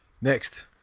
Next